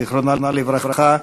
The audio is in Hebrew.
זיכרונה לברכה,